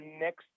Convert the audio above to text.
next